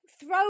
throw